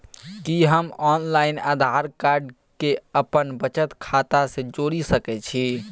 कि हम online Aadhaar card के अपन बचत खाता से जोरि सकै छी?